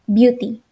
beauty